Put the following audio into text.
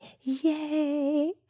yay